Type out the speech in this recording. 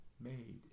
made